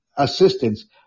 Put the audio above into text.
assistance